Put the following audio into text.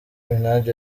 minaj